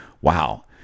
wow